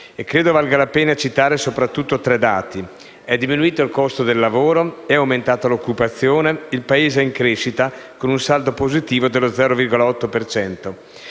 Credo valga la pena citare soprattutto tre dati: è diminuito il costo del lavoro, è aumentata l'occupazione e il Paese è in crescita con un saldo positivo dello 0,8